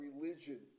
religion